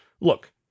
look